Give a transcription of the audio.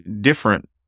different